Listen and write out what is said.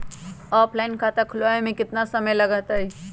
Offline खाता खुलबाबे में केतना समय लगतई?